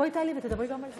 תעלי ותדברי גם על זה.